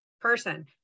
person